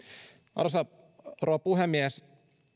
arvoisa rouva puhemies